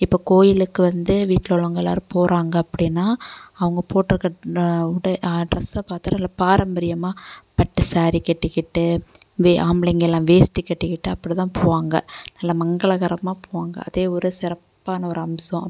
இப்போ கோயிலுக்கு வந்து வீட்டில் உள்ளவங்க எல்லோரும் போகிறாங்க அப்படின்னா அவங்க போட்டு இருக்கிற உடை ட்ரெஸ்ஸை பார்த்தா நல்லா பாரம்பரியமாக பட்டு சாரீ கட்டிக்கிட்டு வே ஆம்பளைங்கலெலாம் வேஷ்டி கட்டிக்கிட்டு அப்படிதான் போவாங்க நல்லா மங்களகரமாக போவாங்க அதே ஒரு சிறப்பான ஒரு அம்சம்